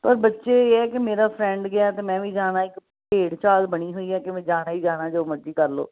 ਪਰ ਬੱਚੇ ਇਹ ਹੈ ਕਿ ਮੇਰਾ ਫਰੈਂਡ ਗਿਆ ਅਤੇ ਮੈਂ ਵੀ ਜਾਣਾ ਇੱਕ ਭੇਡ ਚਾਲ ਬਣੀ ਹੋਈ ਹੈ ਕਿ ਮੈਂ ਜਾਣਾ ਹੀ ਜਾਣਾ ਜੋ ਮਰਜੀ ਕਰ ਲਓ